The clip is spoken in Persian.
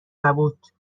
نبود